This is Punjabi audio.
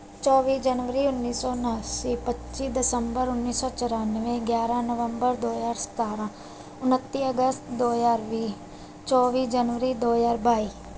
ਚੌਬੀ ਜਨਵਰੀ ਉੱਨੀ ਸੌ ਉਨਾਸੀ ਪੱਚੀ ਦਿਸੰਬਰ ਉੱਨੀ ਸੌ ਚੁਰਾਨਵੇਂ ਗਿਆਰਾਂ ਨਵੰਬਰ ਦੋ ਹਜ਼ਾਰ ਸਤਾਰਾਂ ਉਨੱਤੀ ਅਗਸਤ ਦੋ ਹਜ਼ਾਰ ਵੀਹ ਚੌਵੀ ਜਨਵਰੀ ਦੋ ਹਜ਼ਾਰ ਬਾਈ